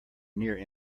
near